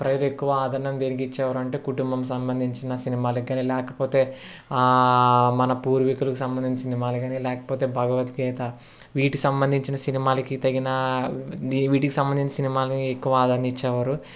ప్రజలు ఎక్కువ ఆదరణం దేనికి ఇచ్చేవారు అంటే కుటుంబం సంబంధించిన సినిమాలకు కానీ లేకపోతే మన పూర్వీకులకు సంబంధించిన సినిమాలు కానీ లేకపోతే భగవద్గీత వీటి సంబంధించిన సినిమాలకి తగిన దీన్ని వీటికి సంబంధించిన సినిమాలు ఎక్కువ ఆదరణ ఇచ్చేవారు